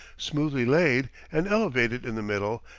smoothly laid, and elevated in the middle,